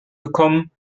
gekommen